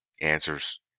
answers